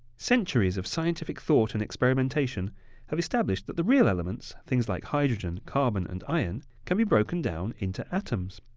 centuries of scientific thought and experimentation have established that the real elements, things like hydrogen, carbon, and iron, can be broken broken down into atoms.